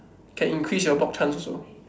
can increase your block chance also